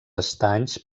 estanys